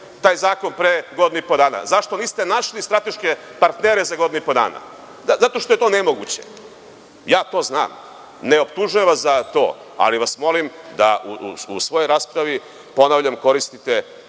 taj zakon pre godinu i po dana? Zašto niste našli strateške partnere za godinu i po dana? Zato što je to nemoguće. Ja to znam i ne optužujem vas za to, ali vas molim da u svojoj raspravi, ponavljam, koristite